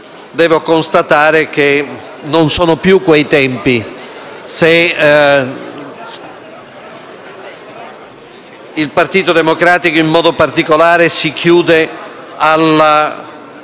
però constatare che non sono più quei tempi, se il Partito Democratico in particolare si chiude a